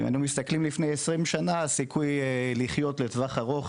אם מסתכלים לפני 20 שנים הסיכוי לחיות לטווח ארוך